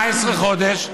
18 חודש.